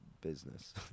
business